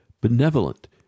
benevolent